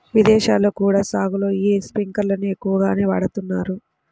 ఇదేశాల్లో కూడా సాగులో యీ స్పింకర్లను ఎక్కువగానే వాడతన్నారు